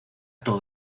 todo